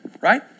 right